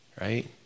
right